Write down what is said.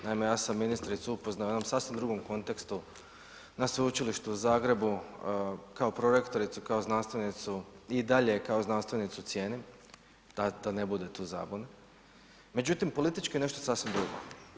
Naime, ja sam ministricu upoznao u jednom sasvim drugom kontekstu, na sveučilištu u Zagrebu kao prorektoricu, kao znanstvenicu i dalje je kao znanstvenicu cijenim da ne bude tu zabune, međutim politički je nešto sasvim drugo.